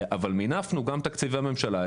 מינפנו גם תקציבי ממשלה,